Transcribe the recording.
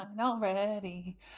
already